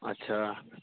अच्छा